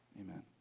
Amen